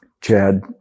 Chad